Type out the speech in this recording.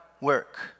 work